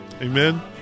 Amen